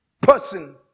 person